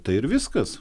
tai ir viskas